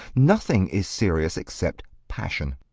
nothing is serious except passion.